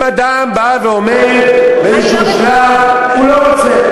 אם אדם בא ואומר באיזשהו שלב שהוא לא רוצה,